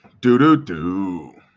Do-do-do